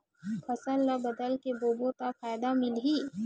फसल ल बदल के बोबो त फ़ायदा मिलही?